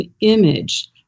image